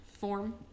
form